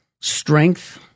strength